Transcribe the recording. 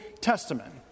Testament